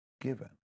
given